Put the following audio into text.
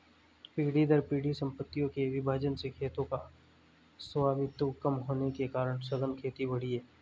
पीढ़ी दर पीढ़ी सम्पत्तियों के विभाजन से खेतों का स्वामित्व कम होने के कारण सघन खेती बढ़ी है